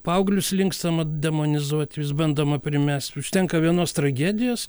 paauglius linkstama demonizuot vis bandoma primest užtenka vienos tragedijos